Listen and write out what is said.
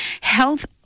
Health